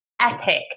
epic